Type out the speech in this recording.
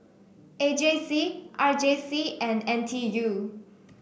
A J C R J C and N T U